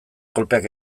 kolpeak